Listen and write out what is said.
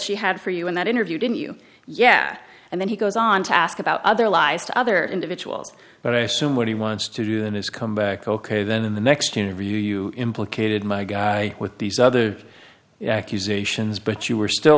she had for you in that interview didn't you yeah and then he goes on to ask about other lies to other individuals but i assume what he wants to do then is come back ok then in the next interview you implicated my guy with these other accusations but you were still